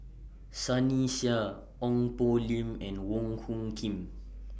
Sunny Sia Ong Poh Lim and Wong Hung Khim